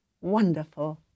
wonderful